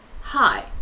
hi